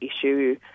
issue